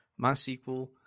MySQL